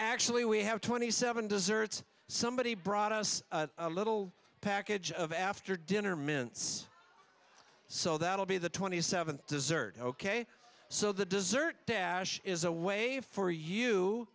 actually we have twenty seven desserts somebody brought us a little package of after dinner mince so that will be the twenty seventh dessert ok so the dessert dash is a way for you